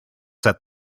set